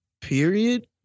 Period